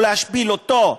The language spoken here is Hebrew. לא להשפיל אותו,